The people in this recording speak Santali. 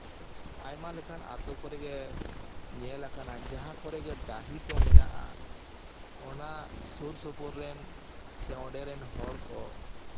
ᱟᱭᱢᱟ ᱞᱮᱠᱟᱱ ᱟᱛᱳ ᱠᱚᱨᱮ ᱜᱮ ᱧᱮᱞ ᱠᱟᱱᱟ ᱡᱟᱦᱟᱸ ᱠᱚᱨᱮ ᱜᱮ ᱰᱟᱺᱦᱤ ᱠᱚ ᱢᱮᱱᱟᱜᱼᱟ ᱚᱱᱟ ᱥᱩᱨ ᱥᱩᱯᱩᱨ ᱨᱮᱱ ᱥᱮ ᱚᱸᱰᱮ ᱨᱮᱱ ᱦᱚᱲ ᱠᱚ